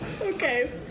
okay